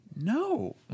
No